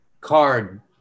card